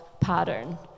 pattern